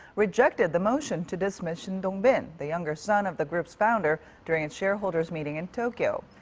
rejected the motion to dismiss shin dong-bin, the younger son of the group's founder, during its shareholders' meeting in tokyo.